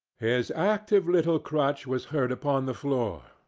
his active little crutch was heard upon the floor,